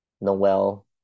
Noel